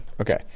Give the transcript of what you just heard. Okay